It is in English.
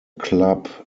club